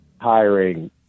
hiring